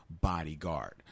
bodyguard